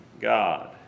God